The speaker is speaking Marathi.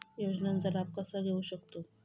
योजनांचा लाभ कसा घेऊ शकतू?